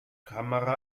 kamera